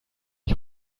ich